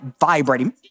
vibrating